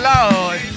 Lord